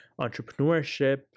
entrepreneurship